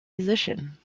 position